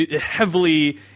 Heavily